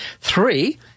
Three